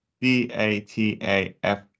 d-a-t-a-f